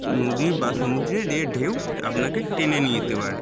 নদীর বা সমুদ্রের এ ঢেউ আপনাকে টেনে নিয়ে যেতে পারে